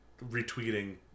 retweeting